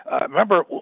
remember